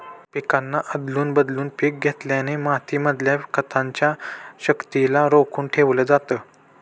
पिकांना आदलून बदलून पिक घेतल्याने माती मधल्या खताच्या शक्तिला रोखून ठेवलं जातं